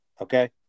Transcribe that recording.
Okay